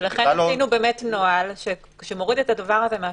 לכן זה מוריד את זה מהשופטים,